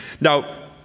Now